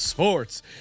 Sports